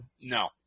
No